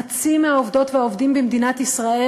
חצי מהעובדות והעובדים במדינת ישראל,